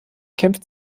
kämpft